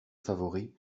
favoris